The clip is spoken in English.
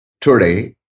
Today